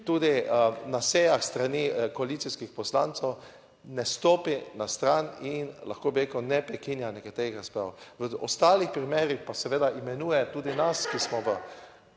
tudi na sejah s strani koalicijskih poslancev ne stopi na stran in lahko bi rekel, ne prekinja nekaterih razprav. V ostalih primerih pa seveda imenuje tudi nas, ki smo v